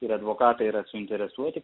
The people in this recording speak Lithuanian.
ir advokatai yra suinteresuoti